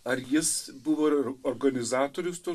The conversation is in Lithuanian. ar jis buvo ir organizatorius to